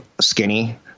skinny